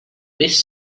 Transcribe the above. this